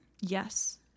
yes